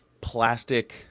plastic